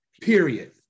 Period